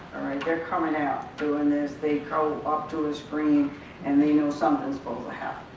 they're coming out doing this they go up to the screen and they know something's supposed to happen.